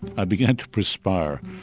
i began to perspire.